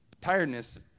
Tiredness